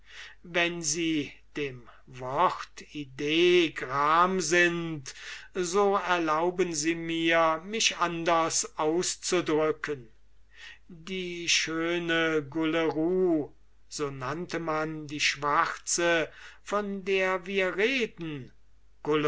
wenn sie dem wort idee gram sind so erlauben sie mir mich anders auszudrücken die schöne gulleru so nannte man die schwarze von der wir reden